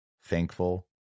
thankful